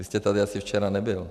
Vy jste tady asi včera nebyl.